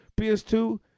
PS2